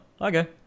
okay